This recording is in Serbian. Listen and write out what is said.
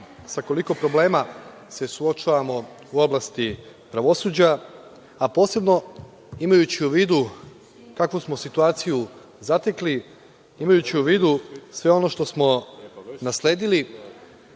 sa koliko problema se suočavamo u oblasti pravosuđa, a posebno imajući u vidu kakvu smo situaciju zatekli, imajući u vidu sve ono što smo nasledili,